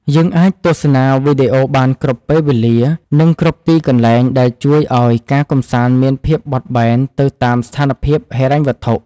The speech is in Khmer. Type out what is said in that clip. យើងអាចទស្សនាវីដេអូបានគ្រប់ពេលវេលានិងគ្រប់ទីកន្លែងដែលជួយឱ្យការកម្សាន្តមានភាពបត់បែនទៅតាមស្ថានភាពហិរញ្ញវត្ថុ។